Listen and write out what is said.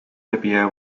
libya